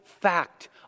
fact